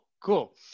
Cool